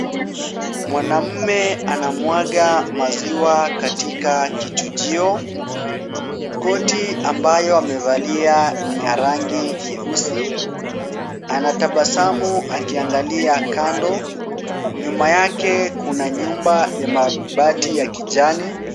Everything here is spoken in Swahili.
Mwanaume anamwaga maziwa katika kijuchio koti ambayo amevalia ni ya rangi nyeusi anatabasamu akiangalia kando nyuma yake kuna nyumba ya mabati ya kijani.